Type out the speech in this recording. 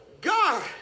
God